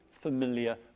familiar